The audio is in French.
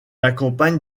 accompagne